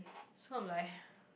so I'm like